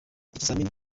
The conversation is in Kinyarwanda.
ikizamini